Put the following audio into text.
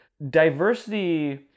diversity